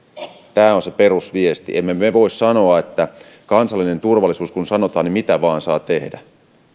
tämä on se perusviesti emme me voi sanoa että kansallinen turvallisuus niin mitä vain saa tehdä